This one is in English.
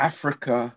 Africa